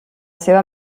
seva